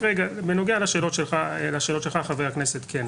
בנוגע לשאלות שלך, חבר הכנסת קלנר.